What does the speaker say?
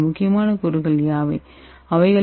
இந்த முக்கியமான கூறுகள் யாவை